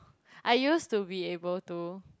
I used to be able to